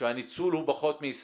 שהניצול הוא פחות מ-20%.